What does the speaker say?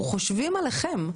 אנחנו חושבים עליכם,